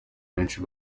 benshi